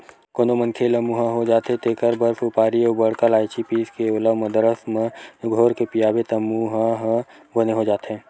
कोनो मनखे ल मुंहा हो जाथे तेखर बर सुपारी अउ बड़का लायची पीसके ओला मंदरस म घोरके पियाबे त मुंहा ह बने हो जाथे